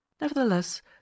nevertheless